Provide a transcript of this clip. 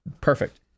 perfect